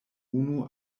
unu